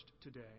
today